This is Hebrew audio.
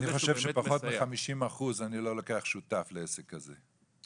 אני חושב שפחות מ-50% אני לא לוקח שותף לעסק כזה.